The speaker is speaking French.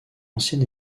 ancien